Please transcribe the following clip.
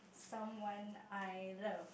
someone I love